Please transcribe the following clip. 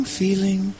feeling